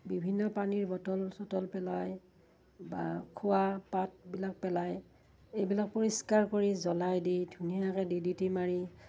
বিভিন্ন পানীৰ বটল চটল পেলাই বা খোৱা পাতবিলাক পেলাই এইবিলাক পৰিষ্কাৰ কৰি জ্বলাই দি ধুনীয়াকৈ ডি ডি টি মাৰি